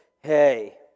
hey